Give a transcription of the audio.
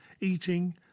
eating